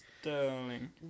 Sterling